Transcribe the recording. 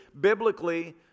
biblically